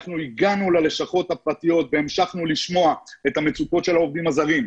אנחנו הגענו ללשכות הפרטיות והמשכנו לשמוע את המצוקות של העובדים הזרים.